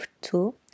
two